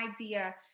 idea